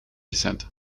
gezet